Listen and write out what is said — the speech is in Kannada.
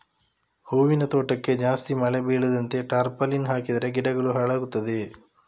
ಹೂವಿನ ತೋಟಕ್ಕೆ ಜಾಸ್ತಿ ಮಳೆ ಬೀಳದಂತೆ ಟಾರ್ಪಾಲಿನ್ ಹಾಕಿದರೆ ಗಿಡಗಳು ಹಾಳಾಗುತ್ತದೆಯಾ?